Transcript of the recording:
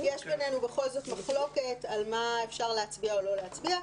יש ביננו בכל זאת מחלוקת על מה אפשר להצביע או לא להצביע.